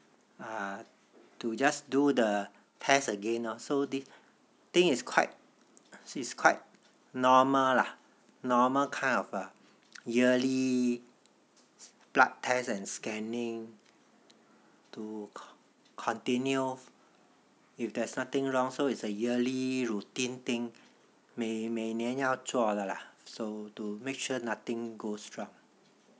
uh to just do the test again lor think it's quite normal lah normal kind of yearly blood test and scanning to continue if there's nothing wrong so it's a yearly routine thing 每每年要做的 lah so to make sure nothing goes wrong